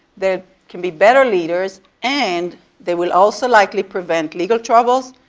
they can be better leaders and they will also likely prevent legal troubles,